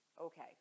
okay